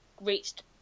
reached